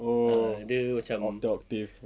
oh octave octave